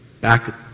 Back